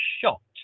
shocked